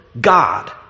God